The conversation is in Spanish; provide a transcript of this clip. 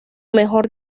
mejor